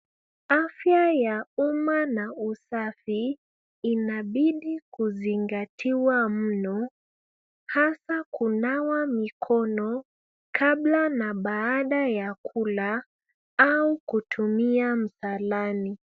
Afya ya uma na usafi inabidi kuzingatiwa mno hasa kunwa mikono kabla na baada ya kula au kutumia msalani.